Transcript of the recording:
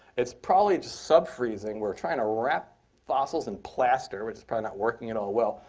it's probably just sub freezing. we're trying to wrap fossils in plaster, which is probably not working at all well.